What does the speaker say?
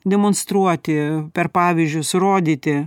demonstruoti per pavyzdžius rodyti